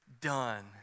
done